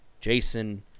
jason